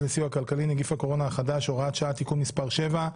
לסיוע כלכלי (נגיף הקורונה החדש) (תיקון מס' 7)